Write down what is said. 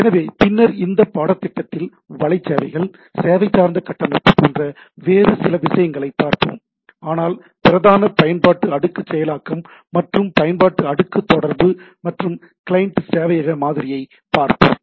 எனவே பின்னர் இந்த பாடத்திட்டத்தில் வலை சேவைகள் சேவை சார்ந்த கட்டமைப்பு போன்ற வேறு சில விஷயங்களைப் பார்ப்போம் ஆனால் பிரதான பயன்பாட்டு அடுக்கு செயலாக்கம் அல்லது பயன்பாட்டு அடுக்கு தொடர்பு மற்றும் கிளையன்ட் சேவையக மாதிரியைப் பார்ப்போம்